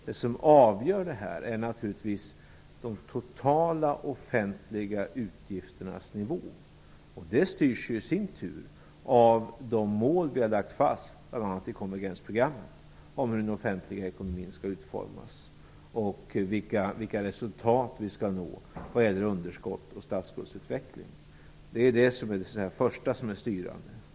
Det som är avgörande är naturligtvis de totala offentliga utgifternas nivå, vilken i sin tur styrs av de mål som är fastlagda, bl.a. i konvergensprogrammet, om hur den offentliga ekonomin skall utformas, om vilka resultat som skall uppnås samt om underskott och statsskuldsutveckling. Det är det första som är styrande.